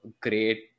great